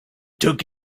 took